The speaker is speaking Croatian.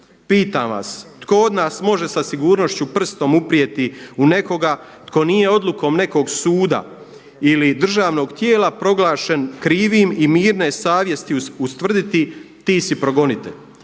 Pitam vas tko od nas može sa sigurnošću prstom uprijeti u nekoga tko nije odlukom nekog suda ili državnog tijela proglašen krivim i mirne savjesti ustvrditi ti si progonitelj.